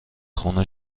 خون